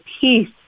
peace